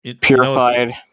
purified